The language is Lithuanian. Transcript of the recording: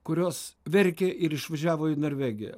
kurios verkė ir išvažiavo į norvegiją